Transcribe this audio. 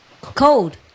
Cold